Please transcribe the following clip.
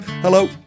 Hello